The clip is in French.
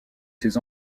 ses